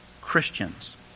Christians